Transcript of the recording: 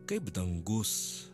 kaip dangus